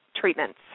treatments